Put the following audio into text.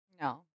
no